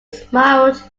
smiled